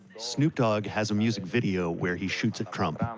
snoop dogg has a music video where he shoots at trump. um